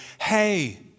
hey